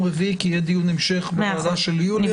רביעי כי יהיה דיון המשך בוועדה של יוליה.